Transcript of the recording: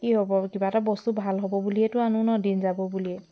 কি হ'ব কিবা এটা বস্তু ভাল হ'ব বুলিয়েই তো আনো ন দিন যাব বুলিয়েই